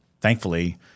thankfully